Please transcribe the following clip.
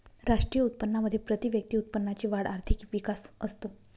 राष्ट्रीय उत्पन्नामध्ये प्रतिव्यक्ती उत्पन्नाची वाढ आर्थिक विकास असतो